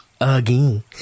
Again